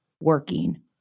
working